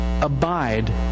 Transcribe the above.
Abide